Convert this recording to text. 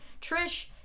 Trish